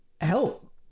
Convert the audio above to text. help